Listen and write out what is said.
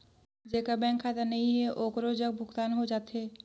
जेकर बैंक खाता नहीं है ओकरो जग भुगतान हो जाथे?